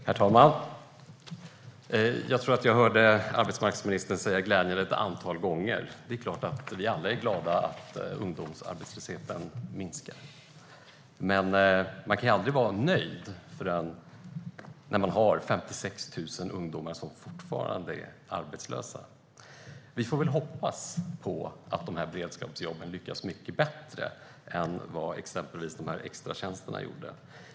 Herr talman! Jag hörde arbetsmarknadsministern säga ordet glädjande ett antal gånger. Det är klart att vi alla är glada över att ungdomsarbetslösheten minskar. Men man kan aldrig vara nöjd när 56 000 ungdomar fortfarande är arbetslösa. Vi får hoppas att det lyckas bättre med dessa beredskapsjobb än med exempelvis extratjänsterna.